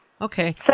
Okay